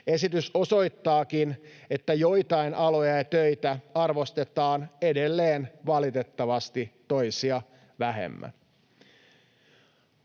Esitys osoittaakin, että joitain aloja ja töitä arvostetaan edelleen valitettavasti toisia vähemmän.